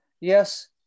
yes